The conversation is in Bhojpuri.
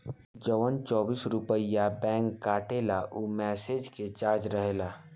जवन चौबीस रुपइया बैंक काटेला ऊ मैसेज के चार्ज रहेला